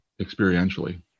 experientially